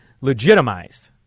legitimized